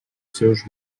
seus